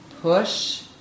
push